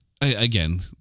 again